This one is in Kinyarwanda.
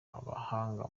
abahanga